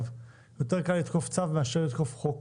יותר קל לתקוף צו מלתקוף חוק.